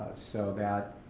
so that